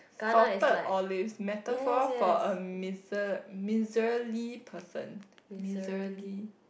salted olives metaphor for a miser~ miserly person miserly